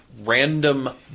random